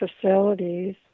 facilities